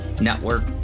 network